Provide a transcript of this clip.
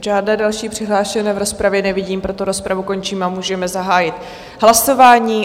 Žádné další přihlášené v rozpravě nevidím, proto rozpravu končím a můžeme zahájit hlasování.